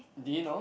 do you know